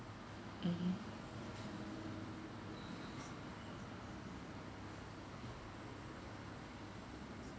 mmhmm